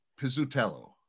Pizzutello